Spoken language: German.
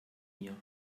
mir